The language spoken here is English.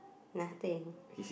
nothing